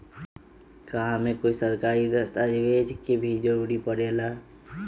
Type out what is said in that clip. का हमे कोई सरकारी दस्तावेज के भी जरूरत परे ला?